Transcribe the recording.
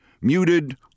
muted